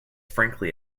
frankly